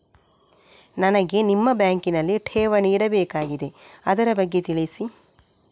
ನನಗೆ ನಿಮ್ಮ ಬ್ಯಾಂಕಿನಲ್ಲಿ ಠೇವಣಿ ಇಡಬೇಕಾಗಿದೆ, ಅದರ ಬಗ್ಗೆ ತಿಳಿಸಿ